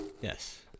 Yes